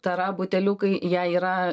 tara buteliukai jie yra